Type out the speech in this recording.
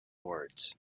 words